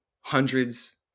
hundreds